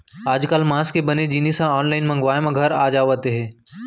आजकाल मांस के बने जिनिस ह आनलाइन मंगवाए म घर आ जावत हे